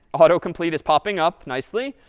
autocomplete is popping up nicely.